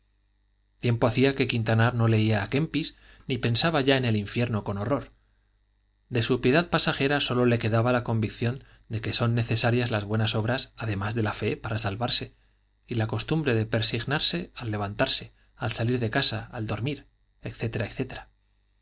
tiempo hacía que quintanar no leía a kempis ni pensaba ya en el infierno con horror de su piedad pasajera sólo le quedaba la convicción de que son necesarias las buenas obras además de la fe para salvarse y la costumbre de persignarse al levantarse al salir de casa al dormir